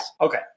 okay